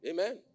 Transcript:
Amen